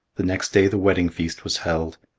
the next day the wedding feast was held.